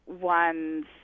one's